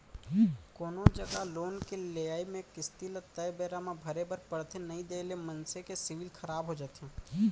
कोनो जघा लोन के लेए म किस्ती ल तय बेरा म भरे बर परथे नइ देय ले मनसे के सिविल खराब हो जाथे